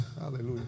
Hallelujah